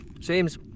Seems